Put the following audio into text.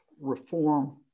reform